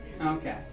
Okay